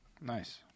Nice